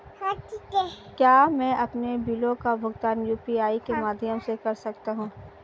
क्या मैं अपने बिलों का भुगतान यू.पी.आई के माध्यम से कर सकता हूँ?